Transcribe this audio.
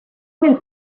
nel